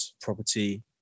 property